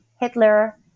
Hitler